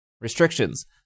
Restrictions